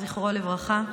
זכרו לברכה.